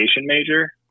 major